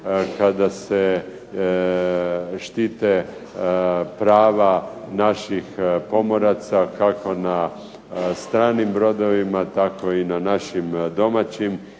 kada se štite prava naših pomoraca kako na stranim brodovima tako i na našim domaćim.